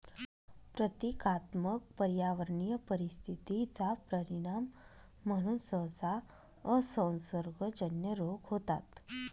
प्रतीकात्मक पर्यावरणीय परिस्थिती चा परिणाम म्हणून सहसा असंसर्गजन्य रोग होतात